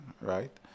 right